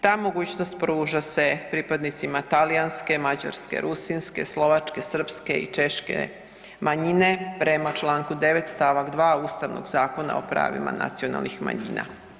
Ta mogućnost pruža se pripadnicima talijanske, mađarske, rusinske, slovačke, srpske i češke manjine prema Članku 9. stavak 2. Ustavnog zakona o pravima nacionalnih manjina.